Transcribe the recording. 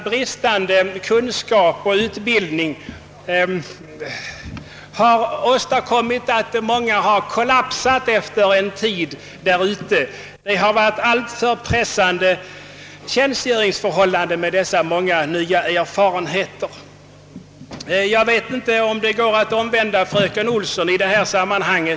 Bristande kunskap och utbildning har också åstadkommit att många har kollapsat efter en tid — det har varit alltför pressande tjänstgöringsförhållanden med dessa många nya erfarenheter. Jag vet inte om det går att omvända fröken Olsson i detta sammanhang.